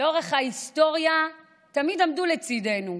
לאורך ההיסטוריה תמיד עמדו לצידנו.